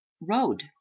road